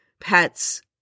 pets